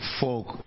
folk